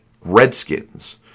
Redskins